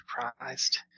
surprised